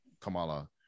kamala